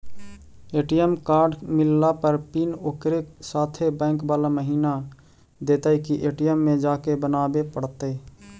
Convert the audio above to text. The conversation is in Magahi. ए.टी.एम कार्ड मिलला पर पिन ओकरे साथे बैक बाला महिना देतै कि ए.टी.एम में जाके बना बे पड़तै?